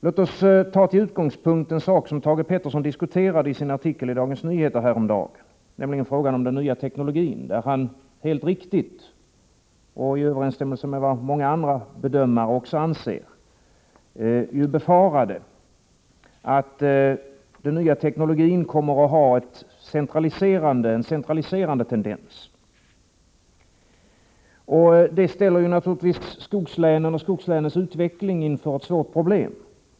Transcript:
Låt oss ta till utgångspunkt en sak som Thage Peterson diskuterade i sin artikel i Dagens Nyheter häromdagen, nämligen frågan om den nya teknologin. Han befarade helt riktigt — i överensstämmelse med vad många andra bedömare anser — att den nya teknologin kommer att ha en centraliserande tendens. Det ställer naturligtvis skogslänen och skogslänens utveckling inför ett svårt problem.